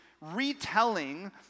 retelling